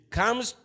comes